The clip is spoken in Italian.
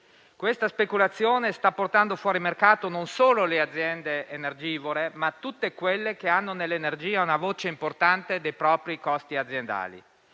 Questa speculazione sta portando fuori mercato non solo le aziende energivore, ma tutte quelle che hanno nell'energia una voce importante dei propri costi aziendali.